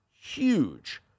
huge